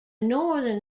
northern